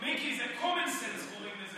מיקי, זה common sense קוראים לזה.